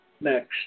Next